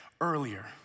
earlier